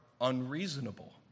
unreasonable